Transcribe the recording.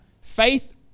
Faith